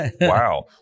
Wow